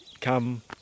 come